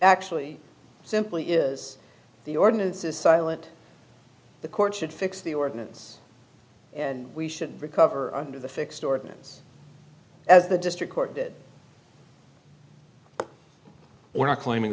actually simply is the ordinance is silent the court should fix the ordinance and we should recover under the fixed ordinance as the district court did or are claiming